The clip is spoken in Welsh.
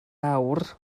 awr